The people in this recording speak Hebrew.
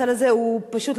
הסל הזה הוא פשוט,